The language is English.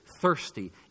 thirsty